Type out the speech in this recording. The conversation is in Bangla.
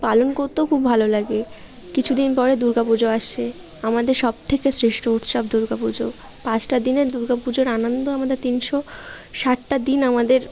পালন করতেও খুব ভালো লাগে কিছু দিন পরে দুর্গা পুজো আসছে আমাদের সব থেকে শ্রেষ্ঠ উৎসব দুর্গা পুজো পাঁচটা দিনের দুর্গা পুজোর আনন্দ আমাদের তিনশো ষাটটা দিন আমাদের